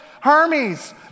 Hermes